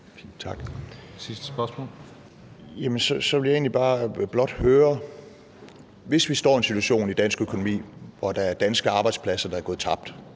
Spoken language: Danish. Så vil jeg egentlig bare høre: Hvis vi står i en situation i dansk økonomi, hvor der er danske arbejdspladser, der er gået tabt,